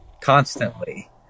constantly